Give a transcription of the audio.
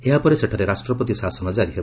ଏହାପରେ ସେଠାରେ ରାଷ୍ଟ୍ରପତି ଶାସନ ଜାରି ହେବ